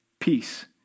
peace